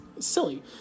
silly